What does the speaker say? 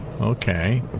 Okay